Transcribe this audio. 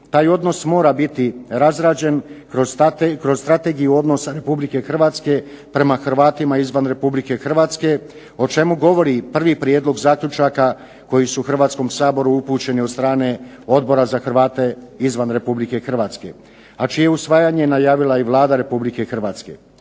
Taj odnosa mor abiti razrađen kroz strategiju odnosa Republike Hrvatske prema Hrvatima izvan Republike Hrvatske o čemu govori 1. prijedlog zaključaka koji su Hrvatskom saboru upućeni o strane Odbora za Hrvate izvan Republike Hrvatske, a čije usvajanje je najavila i Vlada Republike Hrvatske.